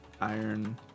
Iron